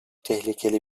tehlikeli